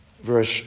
verse